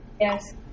yes